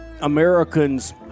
Americans